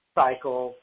cycle